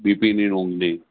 બીપીની અને ઊંઘની